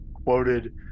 quoted